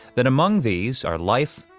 that among these are life,